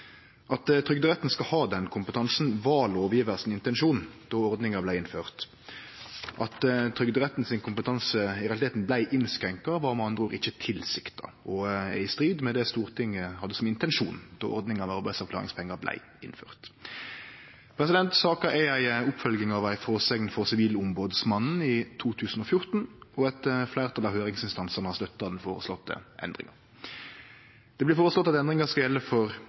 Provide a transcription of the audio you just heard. At trygderetten skal ha den kompetansen, var lovgjevaren sin intensjon då ordninga vart innført. At trygderetten sin kompetanse i realiteten vart innskrenka, var med andre ord ikkje tilsikta og er i strid med det Stortinget hadde som intensjon då ordninga med arbeidsavklaringspengar vart innført. Saka er ei oppfølging av ei fråsegn frå Sivilombodsmannen i 2014, og eit fleirtal av høyringsinstansane har støtta den føreslåtte endringa. Det blir føreslått at endringa skal gjelde for